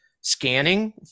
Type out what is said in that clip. scanning